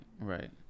Right